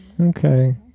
Okay